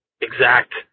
exact